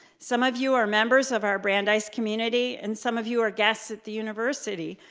some of you are members of our brandeis community, and some of you are guests at the university,